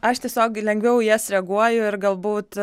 aš tiesiog lengviau į jas reaguoju ir galbūt